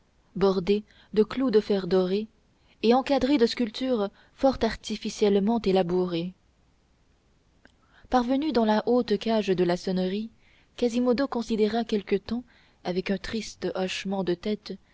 bordés de clous de fer doré et encadrés de sculptures fort artificiellement élabourées parvenu dans la haute cage de la sonnerie quasimodo considéra quelque temps avec un triste hochement de tête